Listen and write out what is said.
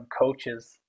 coaches